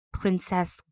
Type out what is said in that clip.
princess